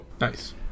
Nice